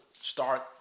start